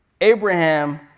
Abraham